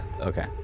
okay